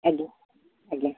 ଆଜ୍ଞା ଆଜ୍ଞା